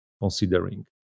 considering